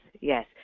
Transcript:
Yes